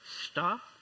Stop